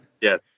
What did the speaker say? Yes